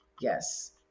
yes